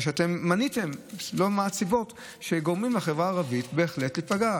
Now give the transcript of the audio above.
אתם מניתם לא מעט סיבות שגורמות לחברה הערבית בהחלט להיפגע: